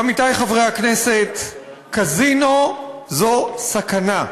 עמיתי חברי הכנסת, קזינו זו סכנה.